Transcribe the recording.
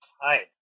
Hi